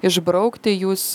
išbraukti jūs